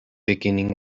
beginning